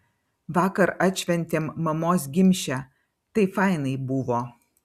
vakar atšventėm mamos gimšę tai fainai buvo